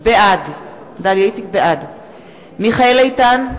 בעד מיכאל איתן,